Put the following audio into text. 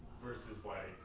versus what?